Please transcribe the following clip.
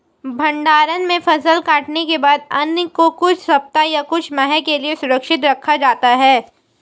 भण्डारण में फसल कटने के बाद अन्न को कुछ सप्ताह या कुछ माह के लिये सुरक्षित रखा जाता है